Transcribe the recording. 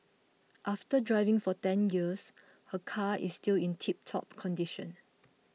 after driving for ten years her car is still in tiptop condition